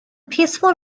peaceful